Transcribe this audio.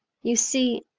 you see,